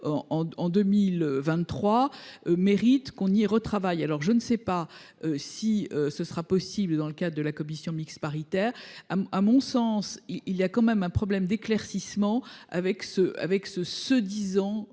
En 2023, mérite qu'on lui ait retravaille alors je ne sais pas si ce sera possible dans le cas de la commission mixte paritaire. À mon sens il y a quand même un problème d'éclaircissements avec ce, avec